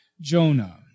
Jonah